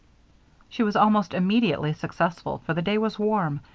she was almost immediately successful, for the day was warm,